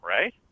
right